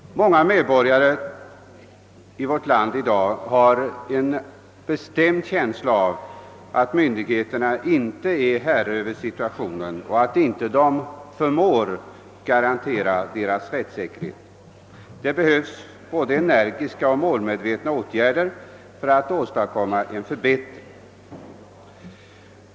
Många medborgare i vårt land har i dag en bestämd känsla av att myndigheterna inte är herre över situationen och inte förmår garantera deras rättssäkerhet. Det behövs både energiska och målmedvetna åtgärder för att åstadkomma en förbättring.